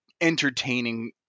entertaining